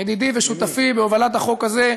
ידידי ושותפי בהובלת החוק הזה,